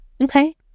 Okay